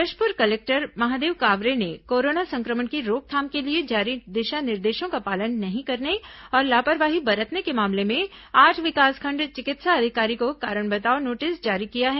Jashpur collector Mahadev Kaware ने कोरोना संक्रमण की रोकथाम के लिए जारी दिशा निर्देशों का पालन नहीं करने और लापरवाही बरतने के मामले में आठ विकासखंड चिकित्सा अधिकारी को कारण बताओ नोटिस जारी किया है